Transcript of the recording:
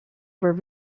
were